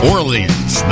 Orleans